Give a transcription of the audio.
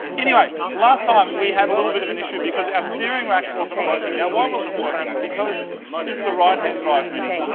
anyway, last time we had a little bit of an issue because our steering rack wasn't working. now, why wasn't working. because this is a right hand drive mini.